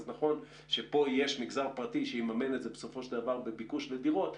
אז נכון שכאן יש מגזר פרטי שיממן את זה בסופו של דבר בביקוש לדירות,